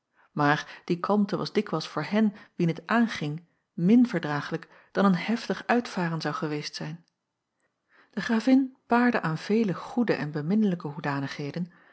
maar die kalmte was dikwijls voor hen wien t aanging min verdraaglijk dan een heftig uitvaren zou geweest zijn de gravin paarde aan vele goede en beminnelijke hoedanigheden